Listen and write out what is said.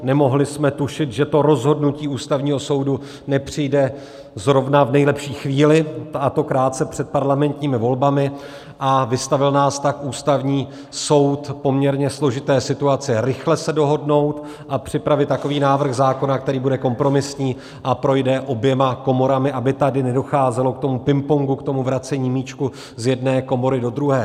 Nemohli jsme tušit, že to rozhodnutí Ústavního soudu nepřijde zrovna v nejlepší chvíli, a to krátce před parlamentními volbami, a vystavil nás tak Ústavní soud poměrně složité situaci: rychle se dohodnout a připravit takový návrh zákona, který bude kompromisní a projde oběma komorami, aby tady nedocházelo k tomu pingpongu, k tomu vracení míčku z jedné komory do druhé.